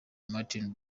martin